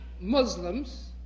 Muslims